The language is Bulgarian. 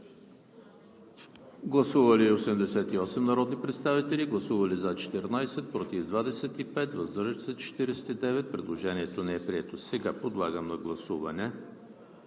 Гласували 101 народни представители: за 30, против 68, въздържали се 3. Предложението не е прието. Сега подлагам на гласуване